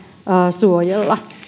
suojella